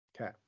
Okay